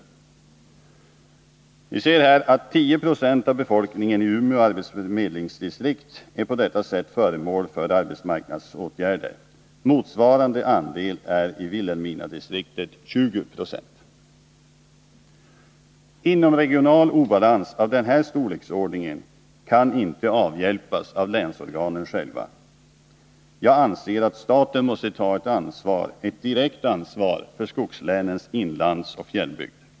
Av diagrammet framgår att 10 96 av befolkningen i Umeå arbetsförmedlingsdistrikt på dessa sätt är föremål för arbetsmarknadspolitiska åtgärder. Motsvarande andel i Vilhelminadistriktet är 20 90. Inomregional obalans av denna storleksordning kan inte avhjälpas av länsorganen själva. Jag anser att staten måste ta ett direkt ansvar för skogslänens inlandsoch fjällbygd.